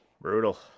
Brutal